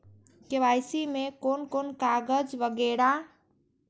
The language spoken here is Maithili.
के.वाई.सी में कोन कोन कागज वगैरा?